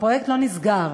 הפרויקט לא נסגר.